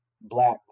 Black